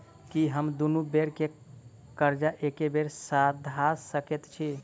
की हम दुनू बेर केँ कर्जा एके बेर सधा सकैत छी?